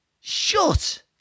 shut